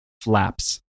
Flaps